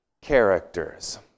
characters